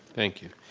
thank you.